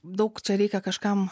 daug čia reikia kažkam